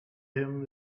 him